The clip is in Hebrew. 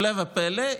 הפלא ופלא,